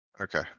Okay